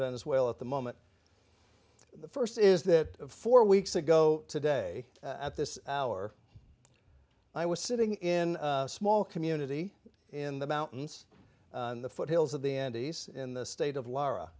venezuela at the moment the first is that four weeks ago today at this hour i was sitting in a small community in the mountains in the foothills of the andes in the state of lara